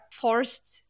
forced